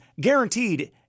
guaranteed